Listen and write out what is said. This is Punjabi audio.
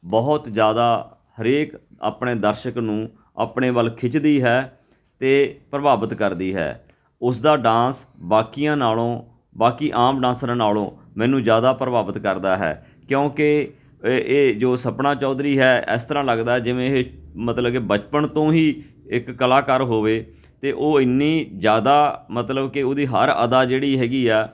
ਬਹੁਤ ਜ਼ਿਆਦਾ ਹਰੇਕ ਆਪਣੇ ਦਰਸ਼ਕ ਨੂੰ ਆਪਣੇ ਵੱਲ ਖਿੱਚਦੀ ਹੈ ਅਤੇ ਪ੍ਰਭਾਵਿਤ ਕਰਦੀ ਹੈ ਉਸ ਦਾ ਡਾਂਸ ਬਾਕੀਆਂ ਨਾਲੋਂ ਬਾਕੀ ਆਮ ਡਾਂਸਰਾਂ ਨਾਲੋਂ ਮੈਨੂੰ ਜ਼ਿਆਦਾ ਪ੍ਰਭਾਵਿਤ ਕਰਦਾ ਹੈ ਕਿਉਂਕਿ ਇਹ ਇਹ ਜੋ ਸਪਣਾ ਚੌਧਰੀ ਹੈ ਇਸ ਤਰ੍ਹਾਂ ਲੱਗਦਾ ਜਿਵੇਂ ਇਹ ਮਤਲਬ ਕਿ ਬਚਪਨ ਤੋਂ ਹੀ ਇੱਕ ਕਲਾਕਾਰ ਹੋਵੇ ਅਤੇ ਉਹ ਇੰਨੀ ਜ਼ਿਆਦਾ ਮਤਲਬ ਕਿ ਉਹਦੀ ਹਰ ਅਦਾ ਜਿਹੜੀ ਹੈਗੀ ਆ